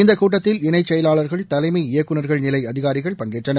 இந்த கூட்டத்தில் இணை செயலாளர்கள் தலைமை இயக்குநர்கள் நிலை அதிகாரிகள் பங்கேற்றனர்